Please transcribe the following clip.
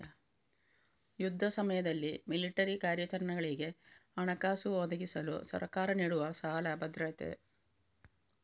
ಯುದ್ಧ ಸಮಯದಲ್ಲಿ ಮಿಲಿಟರಿ ಕಾರ್ಯಾಚರಣೆಗಳಿಗೆ ಹಣಕಾಸು ಒದಗಿಸಲು ಸರ್ಕಾರ ನೀಡುವ ಸಾಲ ಭದ್ರತೆ